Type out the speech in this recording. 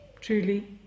truly